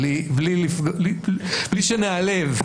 בלי שניעלב,